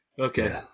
Okay